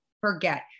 forget